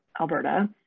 Alberta